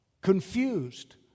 confused